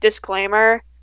Disclaimer